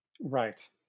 Right